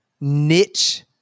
niche